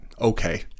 okay